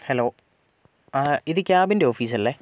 hello ഇത് ക്യാബിൻ്റെ ഓഫീസല്ലേ